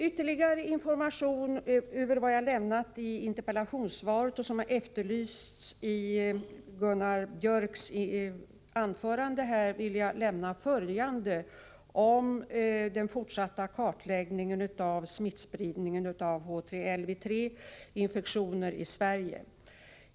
Gunnar Biörck i Värmdö efterlyste i sitt anförande ytterligare information utöver vad jag lämnat i interpellationssvaret, och jag lämnar följande uppgifter om den fortsatta kartläggningen av smittspridningen av HTLV III infektioner i Sverige.